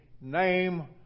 name